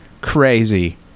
Crazy